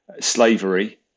slavery